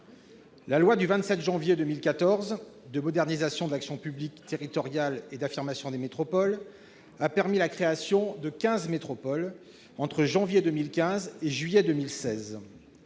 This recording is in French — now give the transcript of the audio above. La loi du 27 janvier 2014 de modernisation de l'action publique territoriale et d'affirmation des métropoles a permis la création de quinze métropoles entre janvier 2015 et juillet 2016.